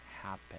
happen